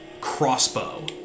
crossbow